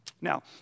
Now